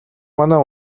манай